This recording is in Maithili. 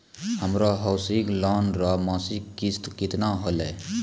हमरो हौसिंग लोन रो मासिक किस्त केतना होलै?